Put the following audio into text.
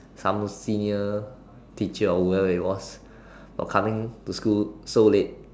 some senior teacher or whoever it was for coming to school so late